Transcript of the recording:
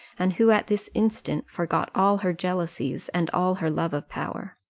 and who at this instant forgot all her jealousies, and all her love of power,